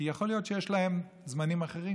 כי יכול להיות שהיו להם גם זמנים אחרים,